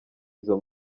izo